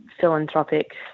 philanthropic